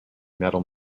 metal